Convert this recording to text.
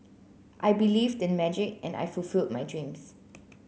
I believed in magic and I fulfilled my dreams